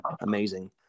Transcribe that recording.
amazing